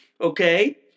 okay